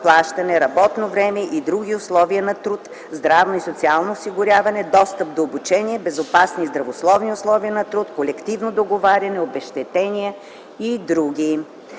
заплащане, работно време и други условия на труд, здравно и социално осигуряване, достъп до обучение, безопасни и здравословни условия на труд, колективно договаряне, обезщетения и други.